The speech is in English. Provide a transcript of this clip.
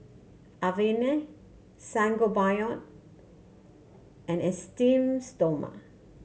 Avene Sangobion and Esteem Stoma